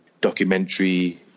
documentary